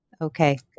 Okay